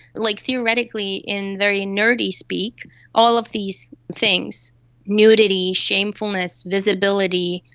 like, theoretically in very nerdy speak all of these things nudity, shamefulness, visibility,